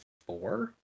four